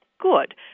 Good